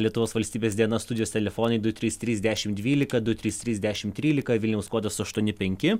lietuvos valstybės diena studijos telefonai du trys trys dešim dvylika du trys trys dešim trylika vilniaus kodas aštuoni penki